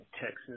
Texas